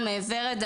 ורד,